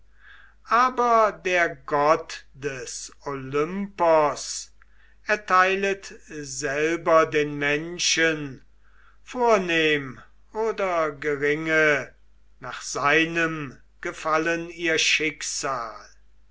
aber der gott des olympos erteilet selber den menschen vornehm oder geringe nach seinem gefallen ihr schicksal